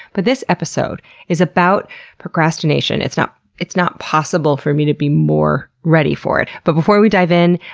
but this episode is about procrastination. it's not it's not possible for me to be more ready for it. but before we dive in,